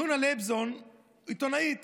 יונה לייבזון, עיתונאית